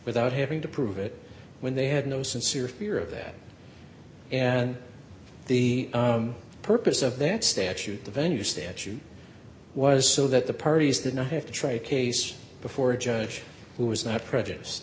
without having to prove it when they had no sincere fear of that and the purpose of that statute the venue statute was so that the parties did not have to try case before a judge who was not prejudice